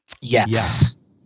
Yes